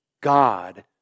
God